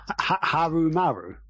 Harumaru